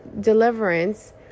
deliverance